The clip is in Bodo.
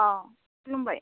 अ खुलुमबाय